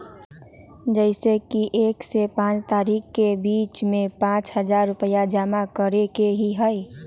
जैसे कि एक से पाँच तारीक के बीज में पाँच हजार रुपया जमा करेके ही हैई?